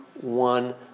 one